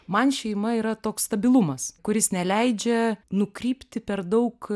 man šeima yra toks stabilumas kuris neleidžia nukrypti per daug